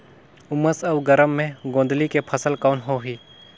उमस अउ गरम मे गोंदली के फसल कौन होही?